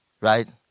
Right